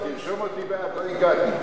תוסיף אותי, אני בעד.